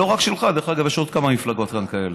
לא רק שלך, דרך אגב, יש עוד כמה מפלגות כאלה.